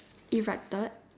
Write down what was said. erected